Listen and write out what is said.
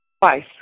Twice